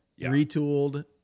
retooled